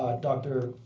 ah dr.